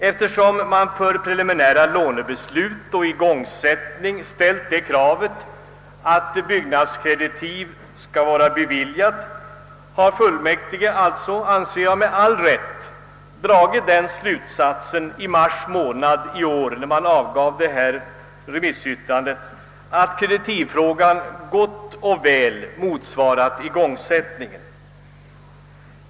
Eftersom man för preliminära lånebeslut och igångsättning ställt kravet att byggnadskreditiv skall vara beviljade, har fullmäktige — med all rätt, anser jag — dragit den slutsatsen i mars månad i år, att de beviljade kreditiven gott och väl motsvarade igångsättningen.